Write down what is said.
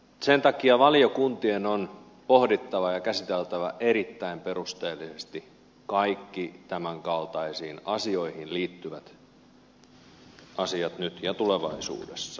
sen takia valiokuntien on pohdittava ja käsiteltävä erittäin perusteellisesti kaikki tämänkaltaisiin asioihin liittyvät asiat nyt ja tulevaisuudessa